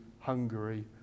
Hungary